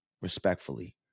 respectfully